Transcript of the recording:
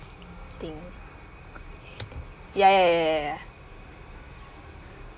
thing ya ya ya ya ya ya